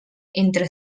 entre